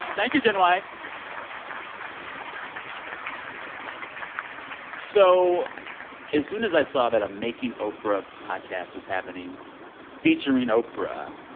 thank you, jenn white. um so as soon as i saw that a making oprah podcast was happening featuring oprah,